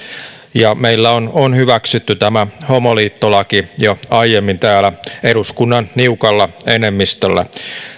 meillä on on hyväksytty tämä homoliittolaki jo aiemmin täällä eduskunnan niukalla enemmistöllä